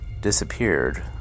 disappeared